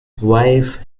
wife